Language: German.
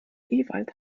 ewald